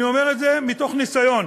אני אומר את זה מתוך ניסיון,